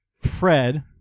Fred